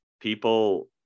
people